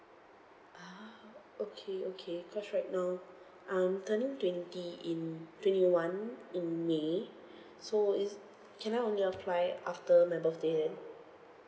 ah okay okay cause right now I'm turning twenty in twenty one in may so is can I only apply after my birthday then